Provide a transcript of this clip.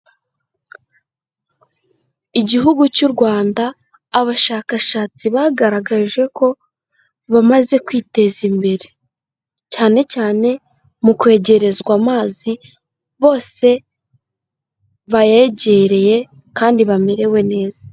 Igihugu cy'u Rwanda abashakashatsi bagaragaje ko bamaze kwiteza imbere, cyane cyane mu kwegerezwa amazi bose bayegereye kandi bamerewe neza.